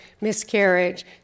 miscarriage